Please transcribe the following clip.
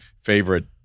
favorite